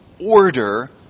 order